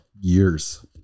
years